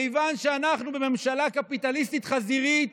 כיוון שאנחנו בממשלה קפיטליסטית חזירית